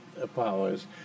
powers